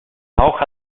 hoja